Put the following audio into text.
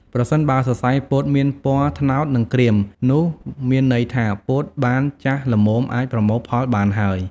ប្រសិនបើសរសៃពោតមានពណ៌ ត្នោត និងក្រៀម នោះមានន័យថាពោតបានចាស់ល្មមអាចប្រមូលផលបានហើយ។